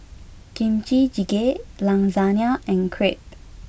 Kimchi jjigae Lasagne and Crepe